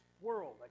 world